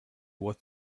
what